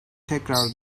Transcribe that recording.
tekrar